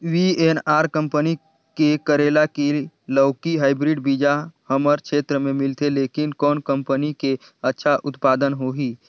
VNR company के करेला की लौकी हाईब्रिड बीजा हमर क्षेत्र मे मिलथे, लेकिन कौन कंपनी के अच्छा उत्पादन होही?